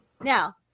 Now